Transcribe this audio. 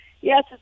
Yes